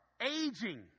aging